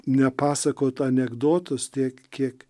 nepasakotų anekdotus tiek kiek